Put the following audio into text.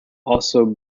also